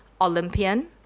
Olympian